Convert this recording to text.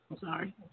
sorry